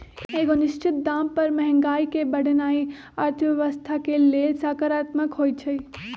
एगो निश्चित दाम पर महंगाई के बढ़ेनाइ अर्थव्यवस्था के लेल सकारात्मक होइ छइ